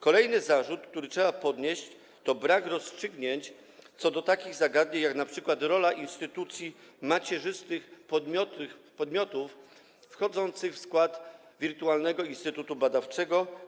Kolejny zarzut, który trzeba podnieść, to brak rozstrzygnięć co do takich zagadnień jak np. rola instytucji macierzystych podmiotów wchodzących w skład wirtualnego instytutu badawczego.